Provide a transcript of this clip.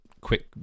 quick